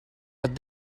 but